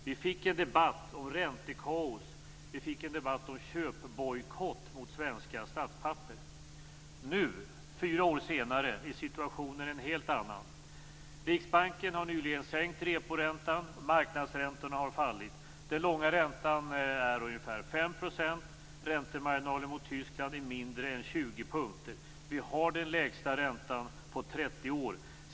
Vi fick en debatt om räntekaos och köpbojkott mot svenska statspapper. Nu, fyra år senare, är situationen en helt annan. Riksbanken har nyligen sänkt reporäntan. Marknadsräntorna har fallit. Den långa räntan är ungefär 5 %. Räntemarginalen mot Tyskland är mindre än 20 punkter. Vi har den lägsta räntan på 30 år.